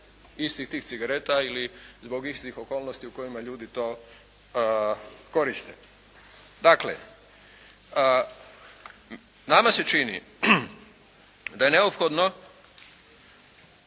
istih tih cigareta ili zbog istih okolnosti u kojima ljudi to koriste. Dakle, nama se čini da je neophodno